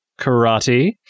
Karate